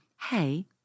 hey